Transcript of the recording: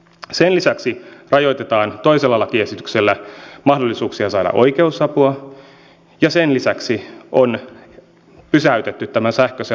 sen lisäksi rajoitetaan toisella lakiesityksellä mahdollisuuksia saada oikeusapua ja sen lisäksi on pysäytetty tämä sähköisen asiointijärjestelmän käyttöönotto